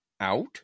out